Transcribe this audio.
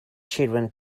children